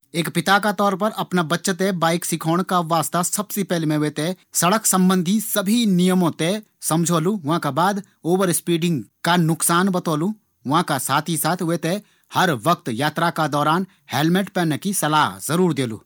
एक पिता का तौर पर अपना बच्चा थें बाइक सिखोण का वास्ता सबसे पैली मैं वी थें सड़क संबंधी सभी नियमों थें समझोलू। विका बाद ओवरस्पीडिंग का नुकसान बतौलु। विका साथ ही साथ वी थें हर यात्रा का दौरान हेलमेट पहनणा की सलाह जरूर देलु।